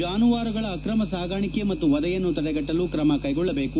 ಜಾನುವಾರಗಳ ಅಕ್ರಮ ಸಾಗಾಣಿಕೆ ಮತ್ತು ವಧೆಯನ್ನು ತಡೆಗಟ್ಟಲು ಕ್ರಮ ಕೈಗೊಳ್ಳಬೇಕು